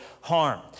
harm